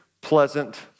pleasant